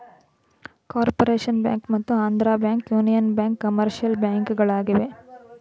corporation bank ಮತ್ತು Andhra bank, union bank commercial ಬ್ಯಾಂಕ್ಗಳಾಗಿವೆ